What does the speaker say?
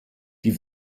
die